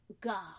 God